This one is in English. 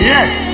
Yes